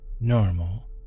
normal